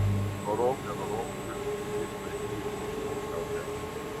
norom nenorom žvilgsnis krypsta į užkaukazę